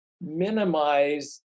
minimize